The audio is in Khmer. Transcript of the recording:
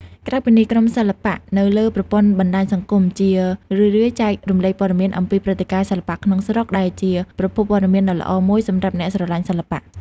ក្រៅពីនេះ ក្រុមសិល្បៈ នៅលើប្រព័ន្ធបណ្តាញសង្គម ជារឿយៗចែករំលែកព័ត៌មានអំពីព្រឹត្តិការណ៍សិល្បៈក្នុងស្រុក ដែលជាប្រភពព័ត៌មានដ៏ល្អមួយសម្រាប់អ្នកស្រឡាញ់សិល្បៈ។